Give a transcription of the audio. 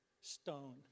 stone